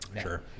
sure